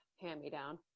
hand-me-down